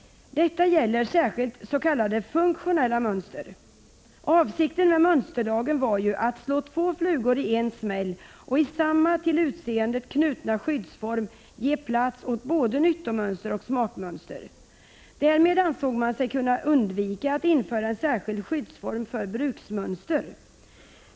Detta gäller särskilt s.k. funktionella mönster. Avsikten med mönsterlagen var ju att slå två flugor i en smäll och i samma till utseendet knutna skyddsform ge plats åt både nyttomönster och smakmönster. Därmed ansåg man sig kunna undvika att införa en särskild skyddsform för bruksmönster.